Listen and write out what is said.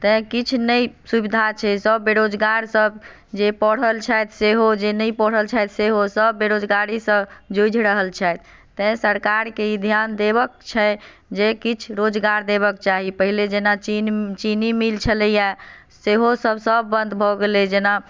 तैँ किछु नहि सुविधा छै सभ बेरोजगार सभ जे पढ़ल छथि सेहो जे नहि पढ़ल छथि सेहोसभ बेरोजगारीसँ जूझि रहल छथि तैँ सरकारके ई ध्यान देबयके छै जे किछु रोजगार देबयके चाही पहिने जेना चीन चीनी मिल छलैए सेहोसभ सभ बन्द भऽ गेलै जेना